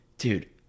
Dude